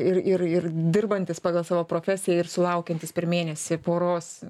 ir ir ir dirbantis pagal savo profesiją ir sulaukiantis per mėnesį poros